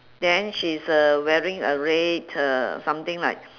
then she's uh wearing a red uh something like